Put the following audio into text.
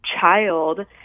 child